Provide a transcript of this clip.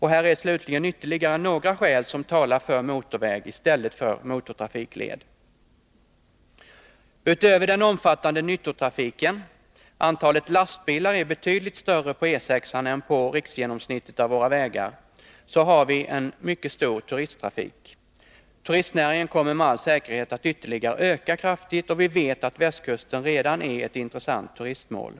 Här är slutligen ytterligare några skäl som talar för motorväg i stället för motortrafikled: Utöver den omfattande nyttotrafiken — antalet lastbilar är betydligt större på E 6:an än på riksgenomsnittet av våra vägar — har vi en mycket stor turisttrafik. Turistnäringen kommer med all säkerhet att ytterligare öka kraftigt, och vi vet att västkusten redan är ett mycket intressant turist Nr 54 mål.